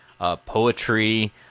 Poetry